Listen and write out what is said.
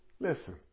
Listen